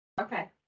Okay